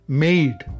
made